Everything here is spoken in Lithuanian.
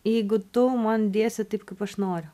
jeigu tu man dėsi taip kaip aš noriu